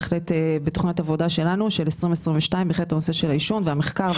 בהחלט בתכניות העבודה שלנו לשנת 2022 יש את הנושא של העישון והמחקר.